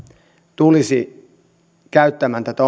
tulisi käyttämään tätä